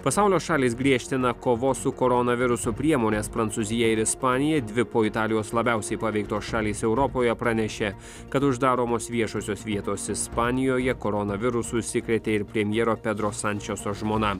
pasaulio šalys griežtina kovos su koronavirusu priemones prancūzija ir ispanija dvi po italijos labiausiai paveiktos šalys europoje pranešė kad uždaromos viešosios vietos ispanijoje koronavirusu užsikrėtė ir premjero pedro sančeso žmona